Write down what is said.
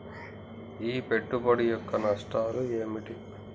ఈ పెట్టుబడి యొక్క నష్టాలు ఏమిటి?